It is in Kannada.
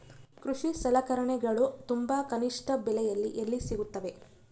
ಕೃಷಿ ಸಲಕರಣಿಗಳು ತುಂಬಾ ಕನಿಷ್ಠ ಬೆಲೆಯಲ್ಲಿ ಎಲ್ಲಿ ಸಿಗುತ್ತವೆ?